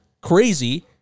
crazy